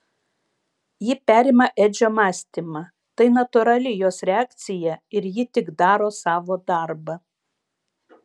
ji perima edžio mąstymą tai natūrali jos reakcija ir ji tik daro savo darbą